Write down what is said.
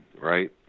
right